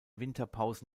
winterpause